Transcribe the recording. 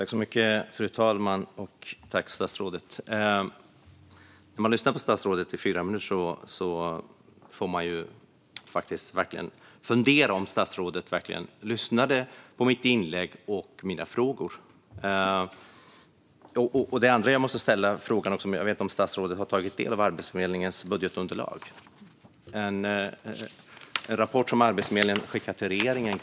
Fru talman! Efter att ha lyssnat på statsrådet i fyra minuter undrar jag om statsrådet verkligen hörde mitt inlägg och mina frågor. Jag vet inte om statsrådet har tagit del av det budgetunderlag Arbetsförmedlingen skickat till regeringen.